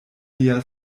lia